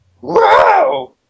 Wow